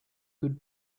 good